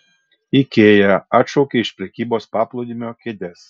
ikea atšaukia iš prekybos paplūdimio kėdes